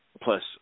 plus